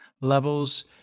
levels